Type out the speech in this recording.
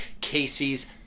Casey's